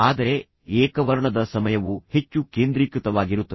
ಆದರೆ ಏಕವರ್ಣದ ಸಮಯವು ಹೆಚ್ಚು ಕೇಂದ್ರೀಕೃತವಾಗಿರುತ್ತದೆ